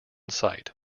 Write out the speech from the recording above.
site